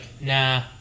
nah